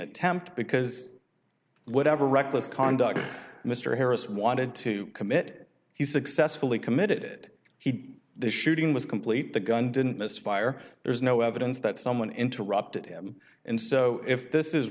attempt because whatever reckless conduct mr harris wanted to commit he successfully committed he the shooting was complete the gun didn't misfire there's no evidence that someone interrupted him and so if this is